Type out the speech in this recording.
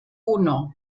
puno